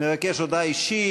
מבקש הודעה אישית,